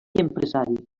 empresari